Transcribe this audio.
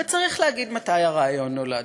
וצריך להגיד מתי הרעיון נולד.